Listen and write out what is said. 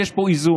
יש פה איזון